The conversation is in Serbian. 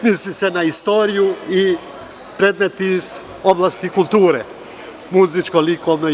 Misli se na istoriju i na predmete iz oblasti kulture, muzičko, likovno itd.